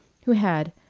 who had,